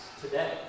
today